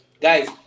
Guys